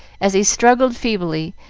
as he struggled feebly,